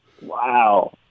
Wow